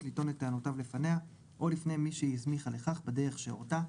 לטעות את טענותיו לפניה או לפני מי שהסמיכה לכך בדרך שהורתה.